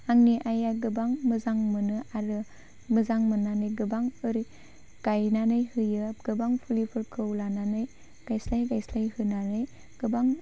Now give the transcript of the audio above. आंनि आइया गोबां मोजां मोनो आरो मोजां मोननानै गोबां गायनानै होयो गोबां फुलिफोरखौ लानानै गायस्लाय गायस्लाय होनानै गोबां